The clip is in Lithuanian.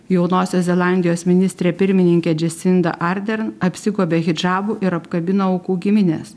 jaunosios zelandijos ministrė pirmininkė džesinda ardern apsigobė hidžabu ir apkabino aukų gimines